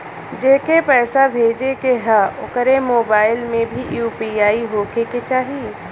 जेके पैसा भेजे के ह ओकरे मोबाइल मे भी यू.पी.आई होखे के चाही?